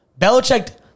Belichick